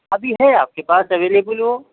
ابھی ہے آپ کے پاس اویلیبل وہ